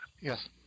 Yes